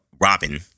Robin